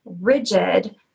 rigid